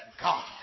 God